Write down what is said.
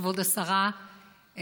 כבוד השרה,